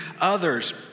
others